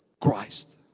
Christ